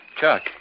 Chuck